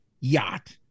yacht